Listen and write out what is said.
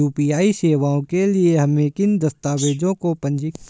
UPI सेवाओं के लिए हमें किन दस्तावेज़ों को पंजीकृत करने की आवश्यकता है?